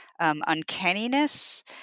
Uncanniness